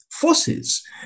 forces